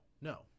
no